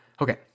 Okay